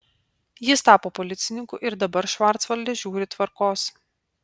jis tapo policininku ir dabar švarcvalde žiūri tvarkos